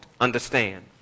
understand